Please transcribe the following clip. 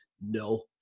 no